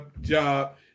job